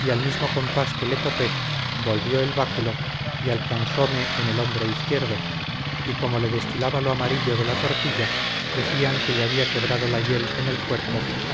y al mismo compás que le topé volvió el báculo y alcanzome en el hombro izquierdo y como le destilaba lo amarillo de la tortilla decían que le había quebrado la hiel en el cuerpo